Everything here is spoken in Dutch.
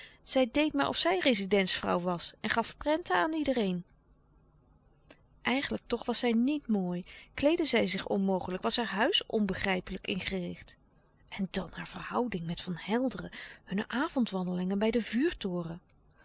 zij deed maar of zij rezidentsvrouw was en gaf prenta aan iedereen louis couperus de stille kracht eigenlijk toch was zij niet mooi kleedde zij zich onmogelijk was haar huis onbegrijpelijk ingericht en dan haar verhouding met van helderen hunne avondwandelingen bij den vuurtoren